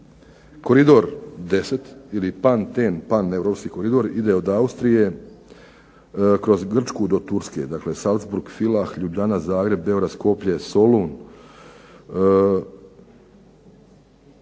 koridor 10. ili Paneuropski koridor ide od Austrije, kroz Grčku do Turske, dakle Salzburg, Villach, Ljubljana, Zagreb, Beograd, Solun,